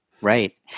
Right